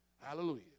Hallelujah